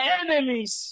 enemies